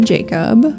Jacob